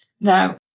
Now